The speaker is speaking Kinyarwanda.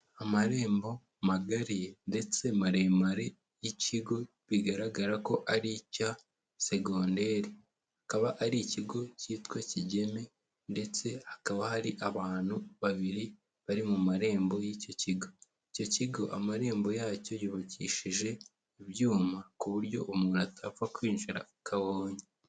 Amarembo magari ndetse maremare y'ikigo bigaragara ko ari icya segonderi akaba ari ikigo kitwa Kigeme ndetse hakaba hari abantu babiri bari mu marembo y'icyo kigo, icyo kigo amarembo yacyo yubakishije ibyuma ku buryo umuntu atapfa kwinjira uko abonye.